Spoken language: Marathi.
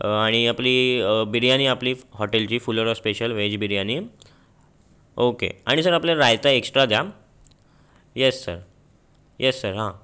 आणि आपली बिर्याणी आपली हॉटेलची फुलोरा स्पेशल व्हेज बिर्याणी ओके आणि सर आपल्याला रायता एक्सट्रा द्या येस सर येस सर हा